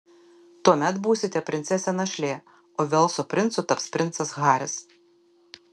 tuomet būsite princesė našlė o velso princu taps princas haris